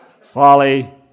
Folly